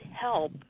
help